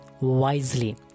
Wisely